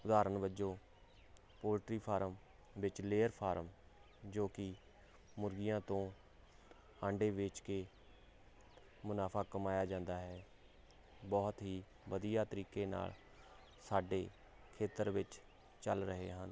ਉਦਾਹਰਣ ਵਜੋਂ poultry farm ਵਿੱਚ ਲੇਅਰ ਫਾਰਮ ਜੋ ਕਿ ਮੁਰਗੀਆਂ ਤੋਂ ਆਂਡੇ ਵੇਚ ਕੇ ਮੁਨਾਫ਼ਾ ਕਮਾਇਆ ਜਾਂਦਾ ਹੈ ਬਹੁਤ ਹੀ ਵਧੀਆ ਤਰੀਕੇ ਨਾਲ ਸਾਡੇ ਖੇਤਰ ਵਿੱਚ ਚੱਲ ਰਹੇ ਹਨ